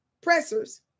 pressers